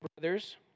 brothers